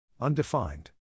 Undefined